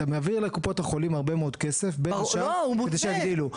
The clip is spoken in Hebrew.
אתה מעביר לקופות החולים הרבה מאוד כסף בין השאר כדי שיגדילו.